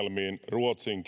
ruotsin